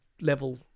level